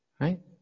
Right